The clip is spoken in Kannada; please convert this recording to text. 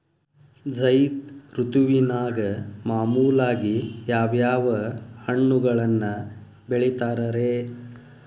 ಝೈದ್ ಋತುವಿನಾಗ ಮಾಮೂಲಾಗಿ ಯಾವ್ಯಾವ ಹಣ್ಣುಗಳನ್ನ ಬೆಳಿತಾರ ರೇ?